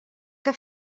que